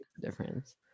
difference